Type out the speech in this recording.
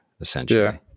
essentially